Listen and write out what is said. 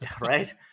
Right